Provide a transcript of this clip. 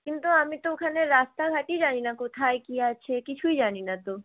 কিন্তু আমি তো ওখানে রাস্তাঘাটই জানি না কোথায় কী আছে কিছুই জানি না তো